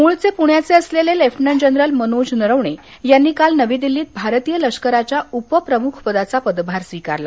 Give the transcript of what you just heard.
मुळचे पुण्याचे असलेले लेफ्टनंट जनरल मनोज नरवणे यांनी काल नवी दिल्लीत भारतीय लष्कराच्या उपप्रमुखपदाचा पदभार स्वीकारला